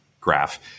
graph